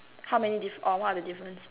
how many diff~ or what are the difference